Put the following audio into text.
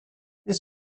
this